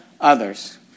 others